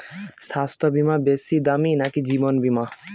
স্বাস্থ্য বীমা বেশী দামী নাকি জীবন বীমা?